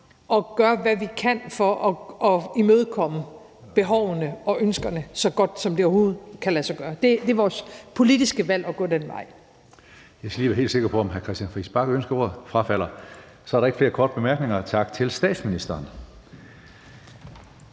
at gøre, hvad vi kan, for at imødekomme behovene og ønskerne så godt, som det overhovedet kan lade sig gøre. Det er vores politiske valg at gå den vej.